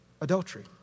Adultery